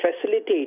facilitate